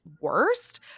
worst